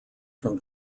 from